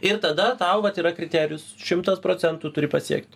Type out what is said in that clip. ir tada tau vat yra kriterijus šimtas procentų turi pasiekt